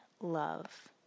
love